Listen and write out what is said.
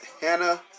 Hannah